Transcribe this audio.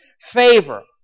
favor